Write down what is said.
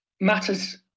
matters